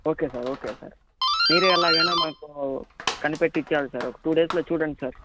okay sir okay sir మీరే ఎలాగైనా మాకు కనిపెట్టిచ్చేయాలి సార్ ఒక టు డేస్లో చూడండి సార్